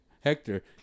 Hector